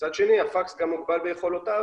מצד שני, הפקס מוגבל ביכולותיו,